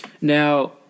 Now